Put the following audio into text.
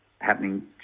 happening